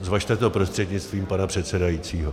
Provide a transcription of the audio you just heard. Zvažte to prostřednictvím pana předsedajícího.